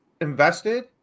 invested